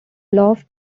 loft